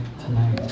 tonight